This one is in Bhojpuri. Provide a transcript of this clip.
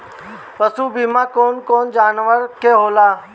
पशु बीमा कौन कौन जानवर के होला?